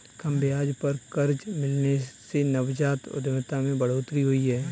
कम ब्याज पर कर्ज मिलने से नवजात उधमिता में बढ़ोतरी हुई है